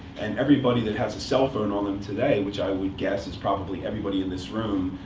and everybody that has a cell phone on them today, which i would guess is probably everybody in this room,